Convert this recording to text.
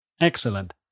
Excellent